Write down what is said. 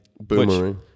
Boomerang